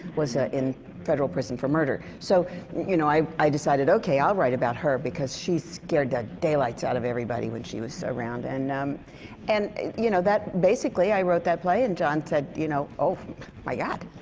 was ah in federal prison for murder. so you know, i i decided, okay, i'll write about her. because she scared the daylights out of everybody when she was around. and um and you know, that basically, i wrote that play. and jon said, you know oh my god!